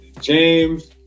James